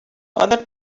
other